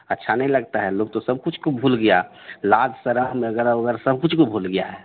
अच्छा नहीं लगता है लोग तो सबकुछ को भूल गया लाज शर्म वगैरह वगैरह सबकुछ को भूल गया है